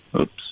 Oops